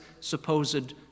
supposed